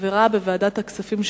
כחברה בוועדת הכספים,